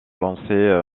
lancée